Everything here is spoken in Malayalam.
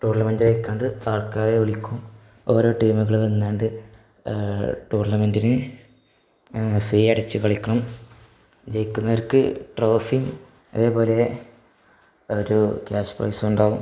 ടൂർണമെൻറ്റ് കണ്ട് ആൾക്കാരെ വിളിക്കും ഓരോ ടീമുകള് നിന്നുകൊണ്ട് ടൂർണമെൻറ്റിന് ഫീ അടച്ച് കളിക്കും ജയിക്കുന്നർക്ക് ട്രോഫിയും അതേപോലെ ഒരു ക്യാഷ് പ്രൈസും ഉണ്ടാവും